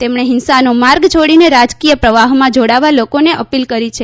તેમણે હીંસાનો માર્ગ છોડીને રાજકીય પ્રવાહમાં જોડાવા લોકોને અપીલ કરી છે